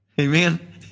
Amen